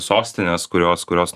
sostines kurios kurios